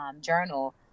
journal